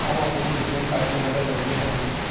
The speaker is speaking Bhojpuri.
हम अपने ए.टी.एम कार्ड के नंबर कइसे जानी?